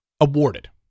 Awarded